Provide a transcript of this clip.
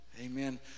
amen